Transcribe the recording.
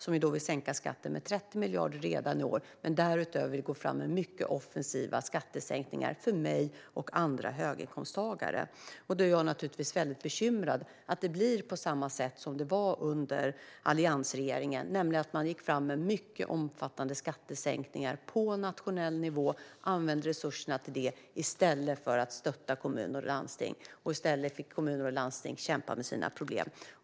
Ni vill sänka skatten med 30 miljarder redan i år och därutöver gå fram med mycket offensiva skattesänkningar för mig och andra höginkomsttagare. Då blir jag naturligtvis bekymrad över att det ska bli på samma sätt som det var under alliansregeringen, som gick fram med mycket omfattande skattesänkningar på nationell nivå. Man använde resurserna till skattesänkningar i stället för att stötta kommuner och landsting. Det gjorde att kommuner och landsting fick kämpa med sina problem.